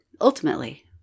Ultimately